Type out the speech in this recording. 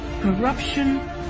corruption